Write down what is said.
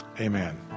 Amen